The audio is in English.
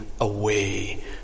away